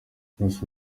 bruce